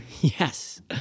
Yes